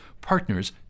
partners